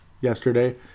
yesterday